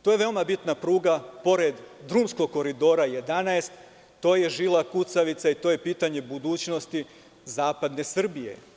To je veoma bitna pruga, pored drumskog Koridora 11, to je žila kucavica i to je pitanje budućnosti zapadne Srbije.